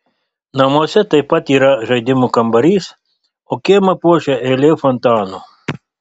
namuose taip pat yra žaidimų kambarys o kiemą puošia eilė fontanų